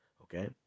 okay